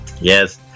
Yes